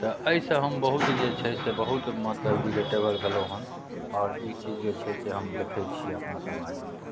तऽ एहिसँ हम बहुत जे छै से बहुत मतलब रिलेटेबल भेलहुँ हँ आओर ई चीज जे छै से हम देखैत छियै अपना समाजमे